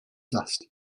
dust